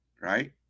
right